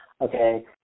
okay